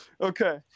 Okay